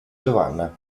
giovanna